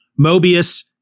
Mobius